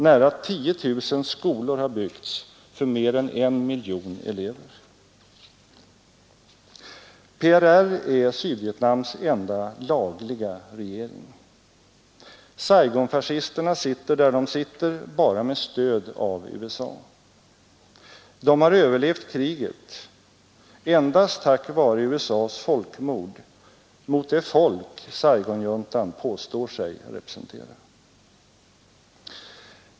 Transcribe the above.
Nära 10 000 skolor har byggts för mer än en miljon elever. PRR är Sydvietnams enda lagliga regering. Saigonfascisterna sitter där de sitter bara med stöd av USA. De har överlevt kriget endast till följd av USA s folkmord mot det folk Saigonjuntan påstår sig representera.